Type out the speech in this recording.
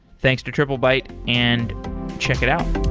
thanks to triplebyte and check it out